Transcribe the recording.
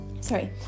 Sorry